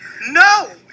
No